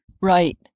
Right